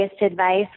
advice